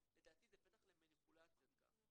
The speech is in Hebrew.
--- לדעתי זה גם פתח למניפולציות, גם.